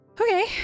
Okay